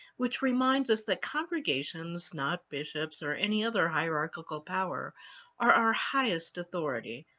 which reminds us that congregations, not bishops or any other hierarchical power, are our highest authority.